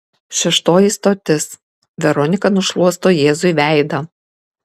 šeštoji stotis veronika nušluosto jėzui veidą